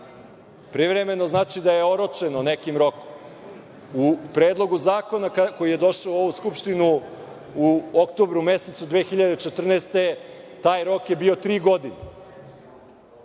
Privremeno znači da je oročeno nekim rokom.U predlogu zakona koji je došao u ovu Skupštinu u oktobru mesecu 2014. godine taj rok je bio tri godine.